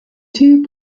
two